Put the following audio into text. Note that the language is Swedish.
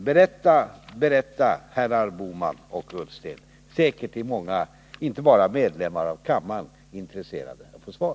Berätta, berätta, herrar Bohman och Ullsten! Säkert är många — inte bara medlemmar av kammaren — intresserade av att få svar.